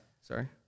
Sorry